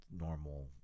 normal